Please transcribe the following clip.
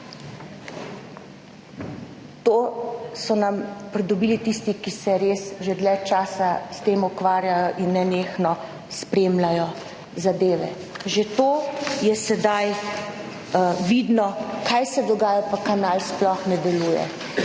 To so nam pridobili tisti, ki se res že dlje časa s tem ukvarjajo in nenehno spremljajo zadeve. Že to je sedaj vidno, kaj se dogaja, pa kanal sploh ne deluje.